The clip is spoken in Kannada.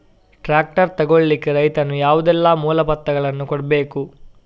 ಟ್ರ್ಯಾಕ್ಟರ್ ತೆಗೊಳ್ಳಿಕೆ ರೈತನು ಯಾವುದೆಲ್ಲ ಮೂಲಪತ್ರಗಳನ್ನು ಕೊಡ್ಬೇಕು?